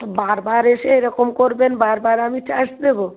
বার বার এসে এরকম করবেন বার বার আমি চার্জ দেবো